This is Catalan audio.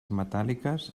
metàl·liques